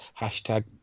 Hashtag